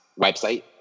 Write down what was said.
website